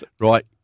right